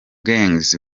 gangs